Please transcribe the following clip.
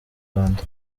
rwanda